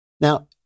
Now